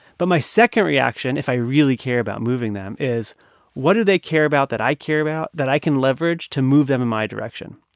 but my second reaction, if i really care about moving them, is what do they care about that i care about that i can leverage to move them in my direction?